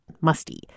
musty